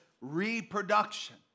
reproduction